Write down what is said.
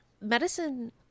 medicine